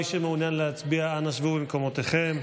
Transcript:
מי שמעוניין להצביע, אנא שבו במקומותיכם.